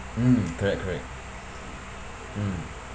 mm correct correct mm